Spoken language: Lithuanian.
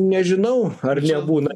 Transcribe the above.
nežinau ar nebūna